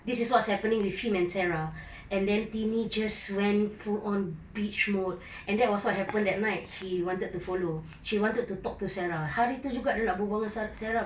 this is what's happening with him and sarah and then tini just went full on bitch mode and that was what happened that night he wanted to follow she wanted to talk to sarah hari tu juga dia nak berbual dengan sarah babe